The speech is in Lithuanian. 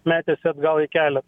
metėsi atgal į kelią